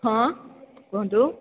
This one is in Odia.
ହଁ କୁହନ୍ତୁ